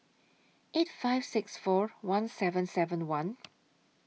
eight five six four one seven seven one